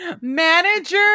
Manager